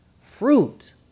Fruit